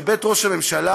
בבית ראש הממשלה,